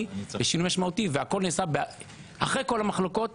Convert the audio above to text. ושינוי משמעותי ואחרי כל המחלוקות